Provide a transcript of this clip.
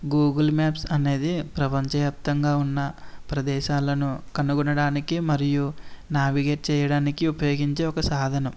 Google Maps అనేది ప్రపంచ వ్యాప్తంగా ఉన్న ప్రదేశాలను కనుగొనడానికి మరియు నావిగేట్ చేయడానికి ఉపయోగించే ఒక సాధనం